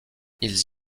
ils